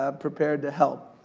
um prepared to help.